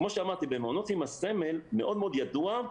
כמו שאמרתי, במעונות עם הסמל מאוד ידוע.